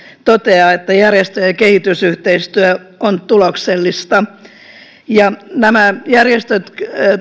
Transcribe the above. toteaa että järjestöjen kehitysyhteistyö on tuloksellista nämä järjestöt